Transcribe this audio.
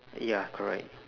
ya correct